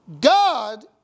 God